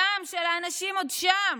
הדם של האנשים עוד שם,